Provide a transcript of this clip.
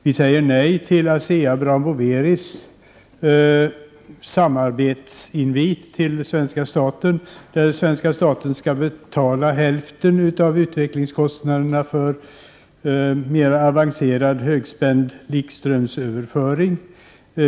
Vi säger nej till Asea Brown Boveris samarbetsinvit till svenska staten, som innebär att svenska staten skulle betala hälften av utvecklingskostnaderna för mer avancerad högspänd likströmsöverföring.